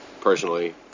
personally